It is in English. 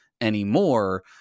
anymore